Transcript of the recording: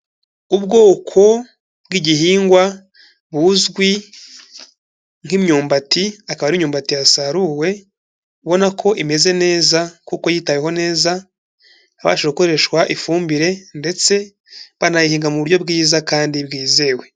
Ubwoko bw'igihingwa buzwi nk'imyumbati, akaba ari imyumbati yasaruwe, ubona ko imeze neza, kuko yitaweho neza, habashijwe gukoreshwa ifumbire, ndetse banayihinga mu buryo bwiza kandi bwizewe.